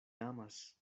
amas